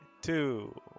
two